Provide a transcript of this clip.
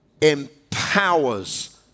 empowers